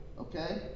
Okay